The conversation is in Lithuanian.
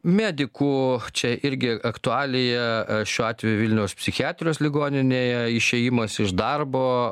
medikų čia irgi aktualija šiuo atveju vilniaus psichiatrijos ligoninėje išėjimas iš darbo